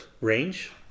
range